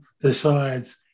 decides